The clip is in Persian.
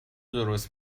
درست